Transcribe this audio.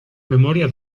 memoria